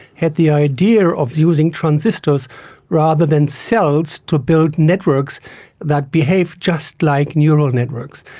had the idea of using transistors rather than cells to build networks that behave just like neural networks.